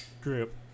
group